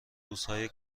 روزهای